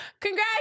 Congrats